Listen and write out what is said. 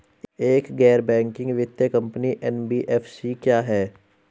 एक गैर बैंकिंग वित्तीय कंपनी एन.बी.एफ.सी क्या है?